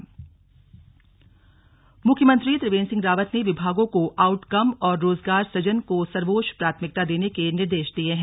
slug समीक्षा बैठक मुख्यमंत्री त्रिवेन्द्र सिंह रावत ने विभागों को आउटकम और रोजगार सुजन को सर्वोच्च प्राथमिकता देने के निर्देश दिए हैं